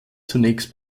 zunächst